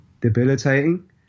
debilitating